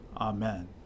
Amen